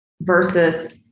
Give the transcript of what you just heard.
versus